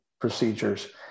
procedures